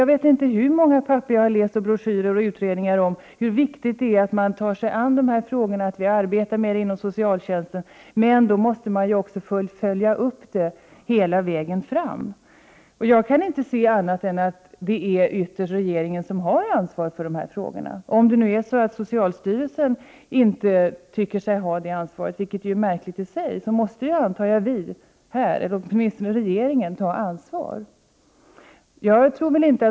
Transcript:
Jag vet inte hur många papper, broschyrer och utredningar jag har läst om hur viktigt det är att man tar sig an dessa problem, att man arbetar med dem inom socialtjänsten. Men det förutsätts då att detta följs upp hela vägen fram. Jag kan inte se annat än att det är regeringen som har det yttersta ansvaret för dessa frågor. Om socialstyrelsen inte tycker sig ha det ansvaret, vilket i sig är märkligt, måste ju riksdagen, eller åtminstone regeringen, ta ansvar.